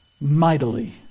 mightily